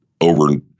over